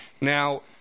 Now